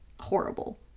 horrible